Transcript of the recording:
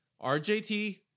RJT